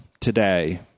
today